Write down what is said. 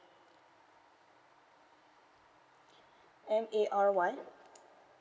M A R Y